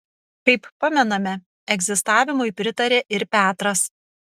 kaip pamename egzistavimui pritarė ir petras